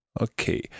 Okay